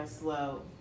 slow